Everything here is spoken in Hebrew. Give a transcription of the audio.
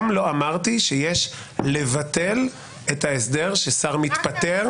לא אמרתי שיש לבטל את ההסדר ששר מתפטר.